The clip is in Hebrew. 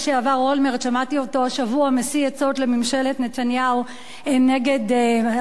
שמעתי אותו השבוע משיא עצות לממשלת נתניהו נגד הפעולה באירן,